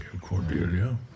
Cordelia